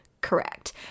Correct